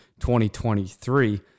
2023